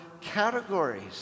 categories